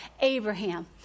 Abraham